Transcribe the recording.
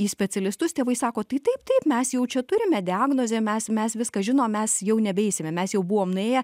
į specialistus tėvai sako tai taip taip mes jau čia turime diagnozę mes mes viską žinom mes jau nebeisime mes jau buvome nuėję